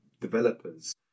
developers